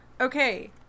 okay